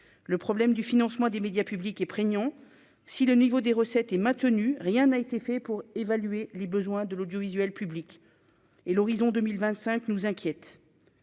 le problème du financement des médias publics et prégnant, si le niveau des recettes et maintenu, rien n'a été fait pour évaluer les besoins de l'audiovisuel public et l'horizon 2025 nous inquiète